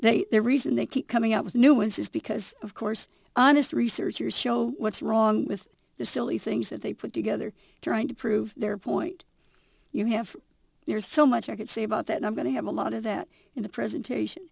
and they reason they keep coming up with new ones is because of course on this researchers show what's wrong with the silly things that they put together trying to prove their point you have there's so much i could say about that and i'm going to have a lot of that in the presentation